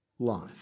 Life